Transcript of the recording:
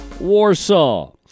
Warsaw